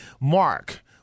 Mark